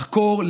לחקור,